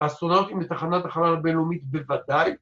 ‫האסטרונאוטים בתחנת החלל הבינלאומית בוודאי.